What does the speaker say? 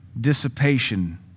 dissipation